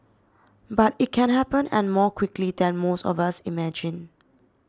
but it can happen and more quickly than most of us imagine